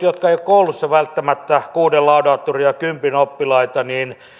jotka eivät ole koulussa välttämättä kuuden laudaturin ja kympin oppilaita